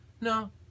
No